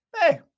hey